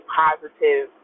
positive